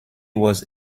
was